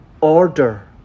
order